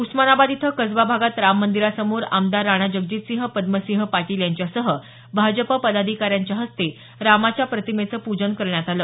उस्मानाबाद इथं कसबा भागात राम मंदिरासमोर आमदार राणाजगजितसिंह पद्मसिंह पाटील यांच्यासह भाजप पदाधिकाऱ्यांच्या हस्ते रामच्या प्रतिमेचं प्रजन करण्यात आलं